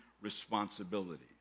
responsibility